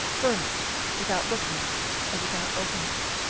burn it without looking at it, and without opening it,